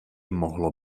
mohlo